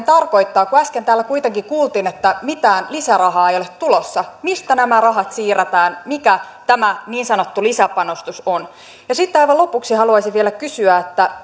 tarkoittaa kun äsken täällä kuitenkin kuultiin että mitään lisärahaa ei ole tulossa mistä nämä rahat siirretään mikä tämä niin sanottu lisäpanostus on sitten aivan lopuksi haluaisin vielä kysyä